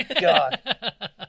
God